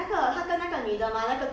orh 鬼打墙